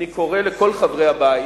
אני קורא לכל חברי הבית,